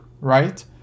Right